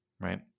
Right